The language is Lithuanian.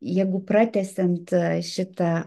jeigu pratęsiant šitą